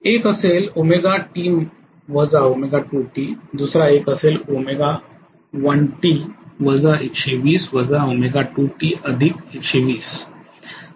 एक असेल दुसरा एक असेल